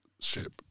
ship